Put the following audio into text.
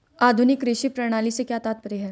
आधुनिक कृषि प्रणाली से क्या तात्पर्य है?